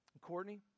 Courtney